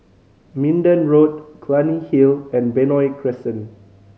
Minden Road Clunny Hill and Benoi Crescent